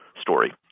story